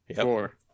Four